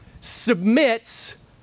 submits